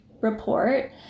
report